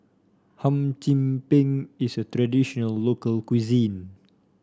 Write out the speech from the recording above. Hum Chim Peng is a traditional local cuisine